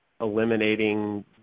eliminating